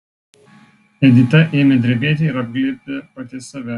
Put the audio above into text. edita ėmė drebėti ir apglėbė pati save